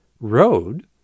road